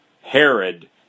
Herod